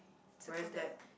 where is that